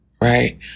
right